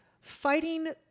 fighting